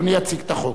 אדוני יציג את החוק.